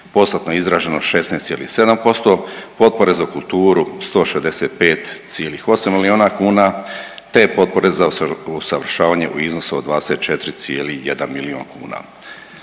postotno izraženo 16,7%, potpora za kulturu 165,8 milijuna kuna te potpore za usavršavanje u iznosu od 24,1 milijun kuna.